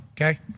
okay